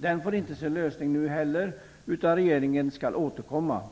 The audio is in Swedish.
Den får inte sin lösning nu heller, utan regeringen skall återkomma.